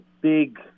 big